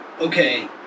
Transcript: okay